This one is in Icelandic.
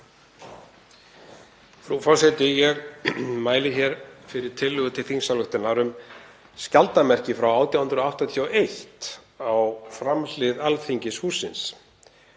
Frú forseti. Ég mæli hér fyrir tillögu til þingsályktunar um skjaldarmerki frá 1881 á framhlið Alþingishússins.